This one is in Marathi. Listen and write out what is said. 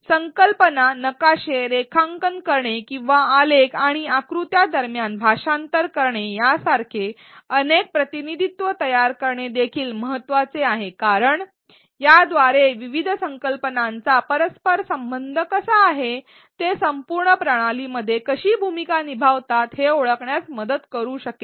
संकल्पना नकाशे रेखांकन करणे किंवा आलेख आणि आकृत्या दरम्यान भाषांतर करणे यासारखे अनेक प्रतिनिधित्व तयार करणे देखील महत्त्वाचे आहे कारण याद्वारे विविध संकल्पनांचा परस्परसंबंध कसा आहे ते संपूर्ण प्रणालीमध्ये कशी भूमिका निभावतात हे ओळखण्यात मदत करू शकेल